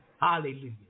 Hallelujah